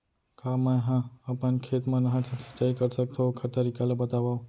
का मै ह अपन खेत मा नहर से सिंचाई कर सकथो, ओखर तरीका ला बतावव?